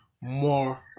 more